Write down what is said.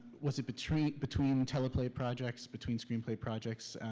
was it between between teleplay projects, between screenplay projects?